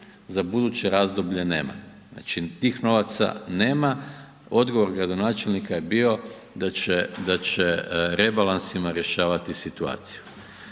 za buduće razdoblje nema. Znači, tih novaca nema, odgovor gradonačelnika je bio da će rebalansima rješavati situaciju.